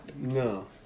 No